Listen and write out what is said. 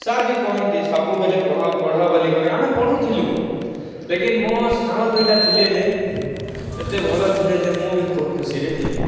sir ଭି କହନ୍ତି ସବୁବେଲେ ପଢ଼ପଢ଼ ବୋଲିକରି ଆମେ ପଢ଼ୁଥିଲୁ ଲେକିନ୍ ମୋ ସାଙ୍ଗ ଦୁଇଟା ଥିଲେ ଯେ ଏତେ ଭଲ ଥିଲେ ଯେ ମୁଁ ବି ଖୁବ୍ ଖୁସିରେ ଥିଲି